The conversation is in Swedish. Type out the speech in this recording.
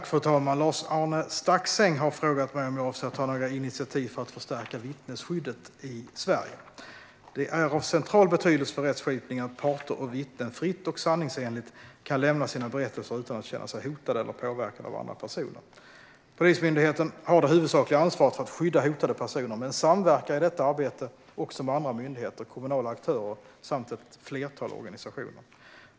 Fru talman! Lars-Arne Staxäng har frågat mig om jag avser att ta några initiativ för att förstärka vittnesskyddet i Sverige. Det är av central betydelse för rättskipningen att parter och vittnen fritt och sanningsenligt kan lämna sina berättelser utan att känna sig hotade eller påverkade av andra personer. Polismyndigheten har det huvudsakliga ansvaret för att skydda hotade personer men samverkar i detta arbete också med andra myndigheter, kommunala aktörer samt ett flertal organisationer.